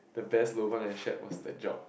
the best lobang I shared was the job